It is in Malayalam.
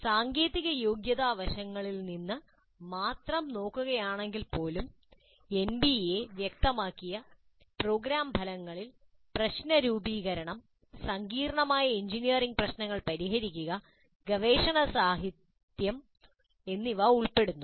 സാങ്കേതിക യോഗ്യതാവശങ്ങളിൽ നിന്ന് മാത്രം നിങ്ങൾ നോക്കുകയാണെങ്കിൽപ്പോലും എൻബിഎ വ്യക്തമാക്കിയ പ്രോഗ്രാം ഫലങ്ങളിൽ പ്രശ്ന രൂപീകരണം സങ്കീർണ്ണമായ എഞ്ചിനീയറിംഗ് പ്രശ്നങ്ങൾ പരിഹരിക്കുക ഗവേഷണ സാഹിത്യം എന്നിവ ഉൾപ്പെടുന്നു